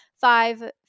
five